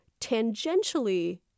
tangentially